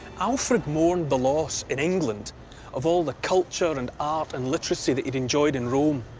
alfred mourned the loss in england of all the culture and art and literacy that he'd enjoyed in rome.